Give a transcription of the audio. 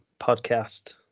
podcast